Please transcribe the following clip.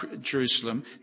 Jerusalem